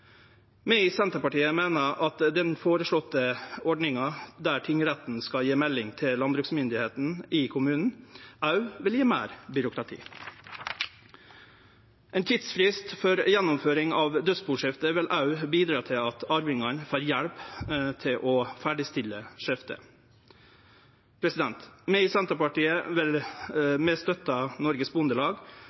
i Senterpartiet meiner at den føreslåtte ordninga, der tingretten skal gje melding til landbruksmyndigheitene i kommunen, òg ville gje meir byråkrati. Ein tidsfrist for gjennomføring av dødsbuskifte vil òg bidra til at arvingane får hjelp til å ferdigstille skiftet. Vi i Senterpartiet